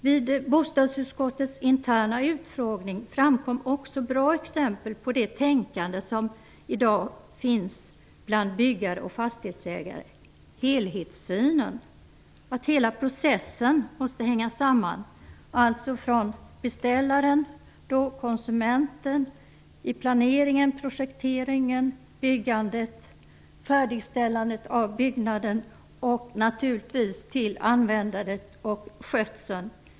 Vid bostadsutskottets interna utfrågning framkom också bra exempel på det tänkande som i dag finns bland byggare och fastighetsägare, helhetssynen. Hela processen måste hänga samman - från beställaren/konsumenten, via planering, projektering, byggande och färdigställande av byggnaden fram till användandet och skötseln.